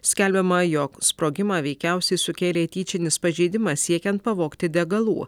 skelbiama jog sprogimą veikiausiai sukėlė tyčinis pažeidimas siekiant pavogti degalų